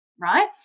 right